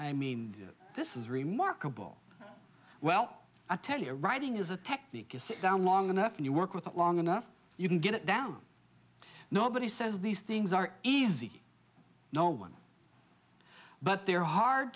i mean this is remarkable well i tell you writing is a technique you sit down long enough and you work with it long enough you can get it down nobody says these things are easy no one but they're hard